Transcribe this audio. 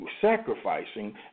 sacrificing